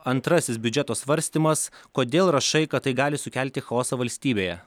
antrasis biudžeto svarstymas kodėl rašai kad tai gali sukelti chaosą valstybėje